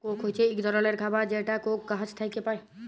Coke হছে ইক ধরলের খাবার যেটা কোক গাহাচ থ্যাইকে পায়